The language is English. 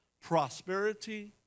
prosperity